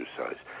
exercise